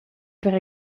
per